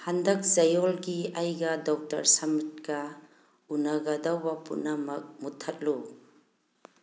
ꯍꯟꯗꯛ ꯆꯌꯣꯜꯒꯤ ꯑꯩꯒ ꯗꯣꯛꯇꯔ ꯁꯃꯤꯠꯀ ꯎꯅꯒꯗꯧꯕ ꯄꯨꯝꯅꯃꯛ ꯃꯨꯠꯊꯠꯂꯨ